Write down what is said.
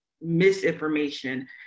misinformation